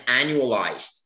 annualized